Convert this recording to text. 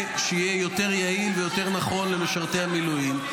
שיהיה יותר יעיל ויותר נכון למשרתי המילואים.